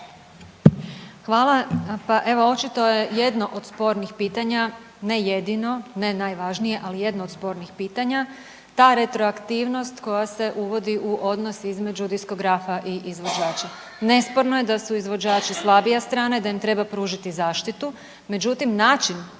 Hvala. Pa evo očito je jedno od spornih pitanja, ne jedino, ne najvažnije, ali jedno od spornih pitanja ta retroaktivnost koja se uvodi u odnos između diskografa i izvođača. Nesporno je da su izvođači slabija strana i da im treba pružiti zaštitu, međutim način